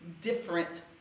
different